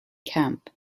camp